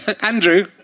Andrew